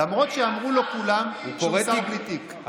למרות שכולם אמרו לו שהוא שר בלי תיק.